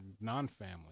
non-family